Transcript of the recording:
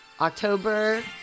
October